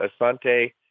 Asante-